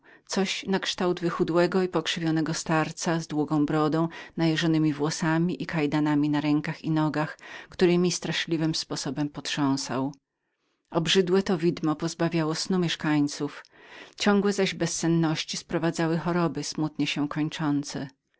coś nakształt wychudłego i pokrzywionego starca z długą brodą najeżonemi włosami i kajdanami na rękach i nogach któremi straszliwym sposobem potrząsał obrzydłe to widmo pozbawiało snu mieszkańców ciągłe zaś bezsenności sprowadzały choroby smutnie się kończące